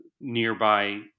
nearby